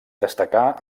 destacà